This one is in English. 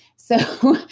so,